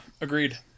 agreed